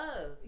love